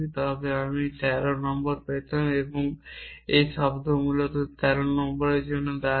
তবে আমি 13 নম্বর পেতাম এবং এই শব্দটি মূলত এই 13 নম্বরের জন্য দাঁড়ায়